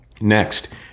Next